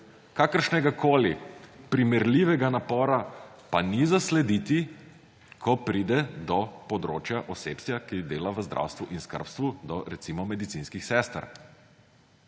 kakršnegakoli primerljivega napora pa ni zaslediti, ko pride do področja osebja, ki dela v zdravstvu in skrbstvu, do recimo medicinskih sester.